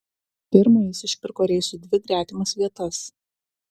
pirma jis išpirko reisui dvi gretimas vietas